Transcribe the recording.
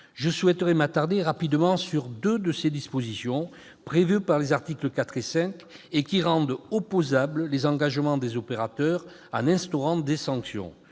je souhaite m'attarder sur deux de ces dispositions, prévues aux articles 4 et 5, qui rendent opposables les engagements des opérateurs en instaurant des sanctions.